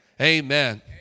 Amen